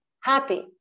happy